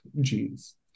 genes